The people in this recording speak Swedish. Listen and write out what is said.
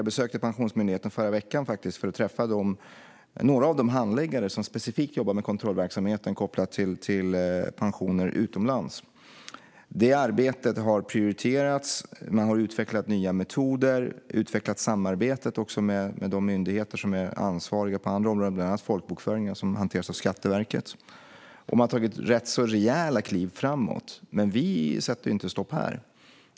Jag besökte Pensionsmyndigheten i förra veckan för att träffa några av de handläggare som specifikt jobbar med kontrollverksamhet kopplad till pensioner utomlands. Det arbetet har prioriterats. Man har utvecklat nya metoder och utvecklat samarbetet med de myndigheter som är ansvariga på andra områden, bland annat folkbokföringen, som hanteras av Skatteverket. Och man har tagit rätt rejäla kliv framåt. Men vi sätter inte stopp här.